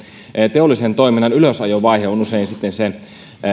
teollisen toiminnan ylösajovaihe on usein sitten se